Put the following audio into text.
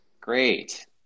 Great